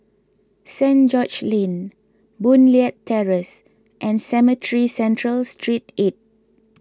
Street George's Lane Boon Leat Terrace and Cemetry Central Street eight